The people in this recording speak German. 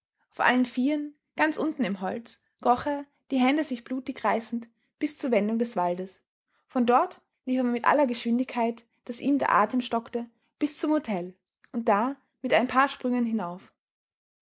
auf allen vieren ganz unten im holz kroch er die hände sich blutig reißend bis zur wendung des waldes von dort lief er mit aller geschwindigkeit daß ihm der atem stockte bis zum hotel und da mit ein paar sprüngen hinauf